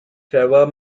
trevor